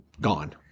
gone